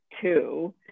two